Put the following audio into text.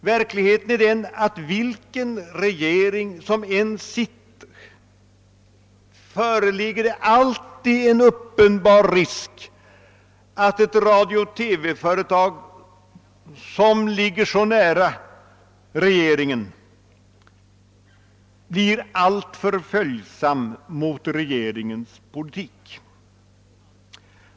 Verkligheten är den, att med vilken regering som än sitter föreligger det alltid en uppenbar risk för att ett radiooch TV-företag som ligger så nära regeringen blir alltför följsamt mot regeringens politik.